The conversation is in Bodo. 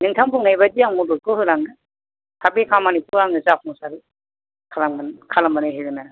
नोंथां बुंनायबादि आं मददखौ होलांगोन आरो बे खामानिखौ आं जाफुंसार खालामगोन खालामनानै होगोन आरो